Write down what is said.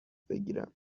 بگیرم